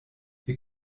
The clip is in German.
ihr